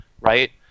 right